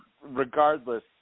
Regardless